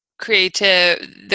creative